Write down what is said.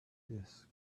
disk